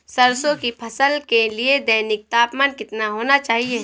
सरसों की फसल के लिए दैनिक तापमान कितना होना चाहिए?